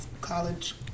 college